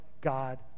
God